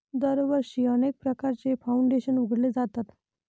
दरवर्षी अनेक प्रकारचे फाउंडेशन उघडले जातात